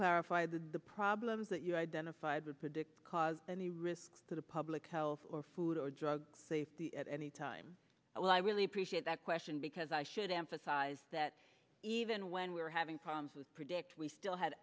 clarify that the problems that you identified with predict cause any risk to the public health or food or drug safety at any time well i really appreciate that question because i should emphasize that even when we were having problems with predict we still had